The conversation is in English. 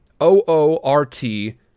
O-O-R-T